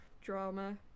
drama